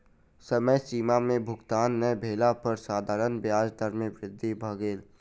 समय सीमा में भुगतान नै भेला पर साधारण ब्याज दर में वृद्धि भ गेल